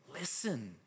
Listen